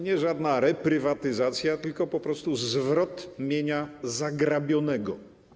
Nie żadna reprywatyzacja, tylko po prostu zwrot mienia zagrabionego.